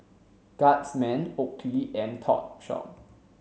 Guardsman Oakley and Topshop